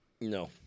No